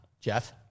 Jeff